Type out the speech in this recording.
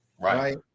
Right